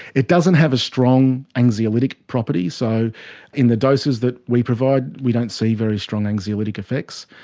it doesn't have a strong anxiolytic property. so in the doses that we provide we don't see very strong anxiolytic effects.